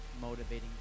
motivating